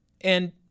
and-